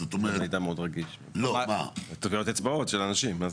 זה מידע מאוד רגיש, זה טביעות אצבעות של אנשים.